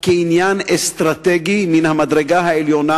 כעניין אסטרטגי מן המדרגה העליונה,